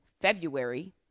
February